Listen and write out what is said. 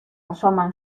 asoman